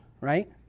right